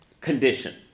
condition